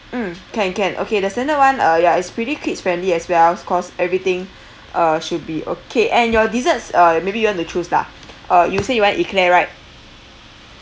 mm can can okay the standard [one] uh ya it's pretty kids friendly as wells cause everything uh should be okay and your desserts uh maybe you want to choose lah uh you say you want eclair right